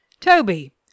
Toby